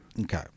Okay